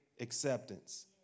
acceptance